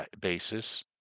basis